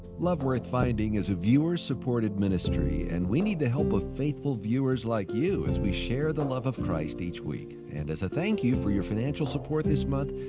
love worth finding is a viewer supported ministry and we need the help of faithful viewers like you as we share the love of christ each week. and as a thank you for your financial support this month,